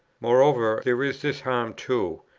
moreover, there is this harm too,